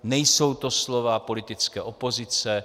Nejsou to slova politické opozice.